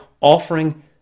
offering